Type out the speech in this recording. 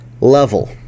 level